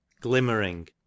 glimmering